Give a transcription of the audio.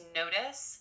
notice